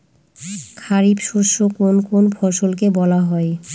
খারিফ শস্য কোন কোন ফসলকে বলা হয়?